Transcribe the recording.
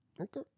Okay